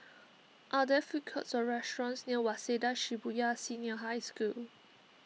are there food courts or restaurants near Waseda Shibuya Senior High School